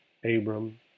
Abram